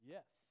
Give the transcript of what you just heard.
Yes